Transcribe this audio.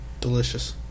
Delicious